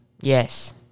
yes